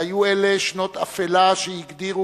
שהיו אלה שנות אפלה שהקדירו